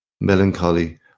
Melancholy